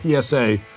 PSA